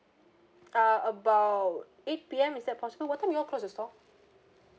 ah about eight P_M is that possible what time you all close the store